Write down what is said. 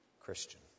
Christian